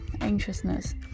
anxiousness